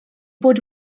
bod